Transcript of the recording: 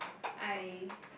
I